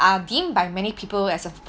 are being by many people as